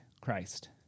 christ